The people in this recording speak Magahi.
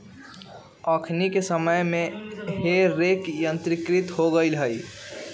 अखनि के समय में हे रेक यंत्रीकृत हो गेल हइ